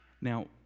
Now